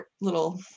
little